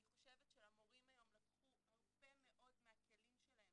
אני חושבת שלמורים היום לקחו הרבה מאוד מהכלים שלהם